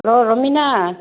hello ꯔꯣꯃꯤꯅꯥ